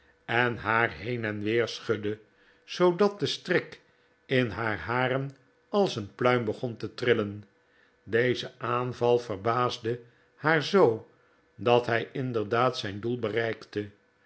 en haar heen en weer schudde zoodat de strik in haar haren als een pluim begon te trillen deze aanval verbaasde haar zoo dat hij inderdaad zijn doel bereikte